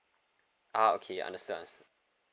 ah okay understood understood